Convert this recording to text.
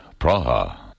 Praha. (